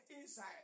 inside